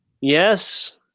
Yes